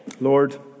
Lord